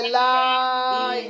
life